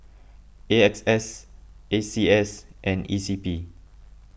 A X S A C S and E C P